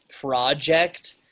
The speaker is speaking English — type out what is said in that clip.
project